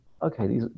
okay